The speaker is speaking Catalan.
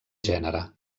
gènere